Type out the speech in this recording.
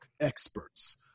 experts